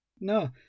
no